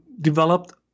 developed